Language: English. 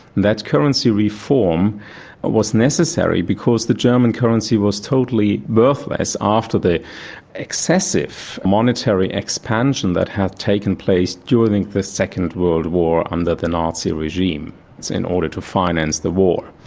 that currency reform was necessary because the german currency was totally worthless after the excessive monetary expansion that had taken place during the second world war um under the nazi regimes in order to finance the war.